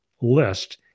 list